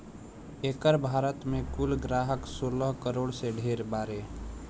एकर भारत मे कुल ग्राहक सोलह करोड़ से ढेर बारे